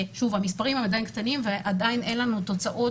המספרים עדיין קטנים ועדיין אין לנו תוצאות